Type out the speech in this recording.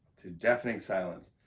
to deafening silence.